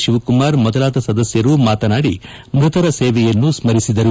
ಶಿವಕುಮಾರ್ ಮೊದಲಾದ ಸದಸ್ಟರು ಮಾತನಾಡಿ ಮೃತರ ಸೇವೆಯನ್ನು ಸ್ಪರಿಸಿದರು